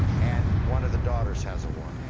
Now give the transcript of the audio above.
and one of the daughters has a warrant.